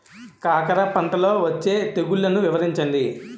కాకర పంటలో వచ్చే తెగుళ్లను వివరించండి?